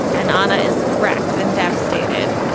and honor is wracked and devastated.